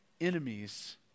enemies